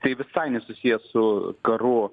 tai visai nesusiję su karu